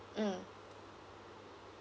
mm